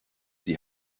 die